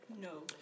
No